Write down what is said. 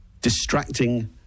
distracting